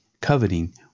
coveting